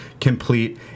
complete